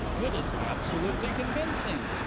it is absolutely convincing.